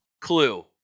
Clue